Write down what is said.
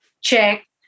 Check